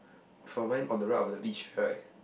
from when on the right of the beach area right